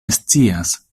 scias